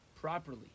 properly